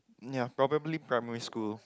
ya probably primary school